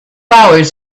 hours